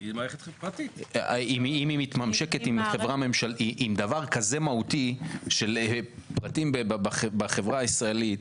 אם היא מתממשקת עם דבר כזה מהותי של פרטים בחברה הישראלית,